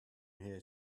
here